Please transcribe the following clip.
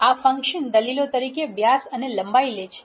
આ ફંક્શન દલીલો તરીકે વ્યાસ અને લંબાઈ લે છે